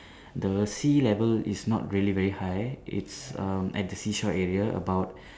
the sea level is not really very high it's um at the seashore area about